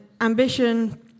ambition